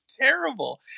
terrible